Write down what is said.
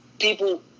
people